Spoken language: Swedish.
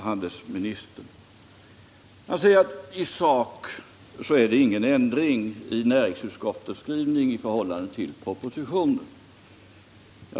Handelsministern hävdar att i sak föreligger ingen ändring i näringsutskottets skrivning i förhållande till propositionen.